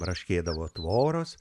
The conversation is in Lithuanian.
braškėdavo tvoros